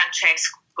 Francesco